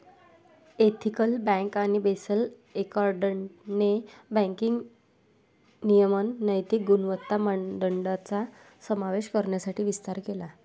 ethical bank आणि Basel एकॉर्डने banking नियमन नैतिक गुणवत्ता मानदंडांचा समावेश करण्यासाठी विस्तार केला